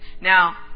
Now